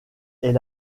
est